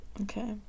okay